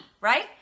right